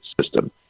system